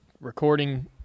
recording